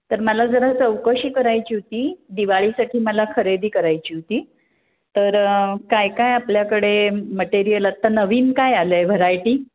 तर मला जरा चौकशी करायची होती दिवाळीसाठी मला खरेदी करायची होती तर काय काय आपल्याकडे मटेरियल आत्ता नवीन काय आलं आहे व्हरायटी